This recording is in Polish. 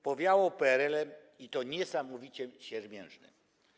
Powiało PRL-em i to niesamowicie siermiężnym.